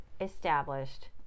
established